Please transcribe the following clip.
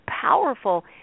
powerful